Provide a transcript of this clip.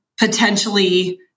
potentially